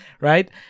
right